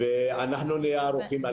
ואנחנו נהיה ערוכים.